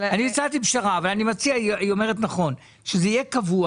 אני הצעתי פשרה, היא אומרת נכון, שזה יהיה קבוע.